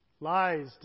Lies